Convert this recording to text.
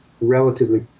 relatively